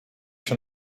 się